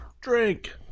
Drink